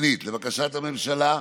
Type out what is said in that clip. שנית, לבקשת הממשלה,